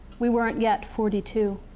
we weren't yet forty two.